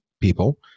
people